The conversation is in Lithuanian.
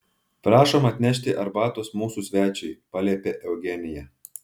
prašom atnešti arbatos mūsų svečiui paliepė eugenija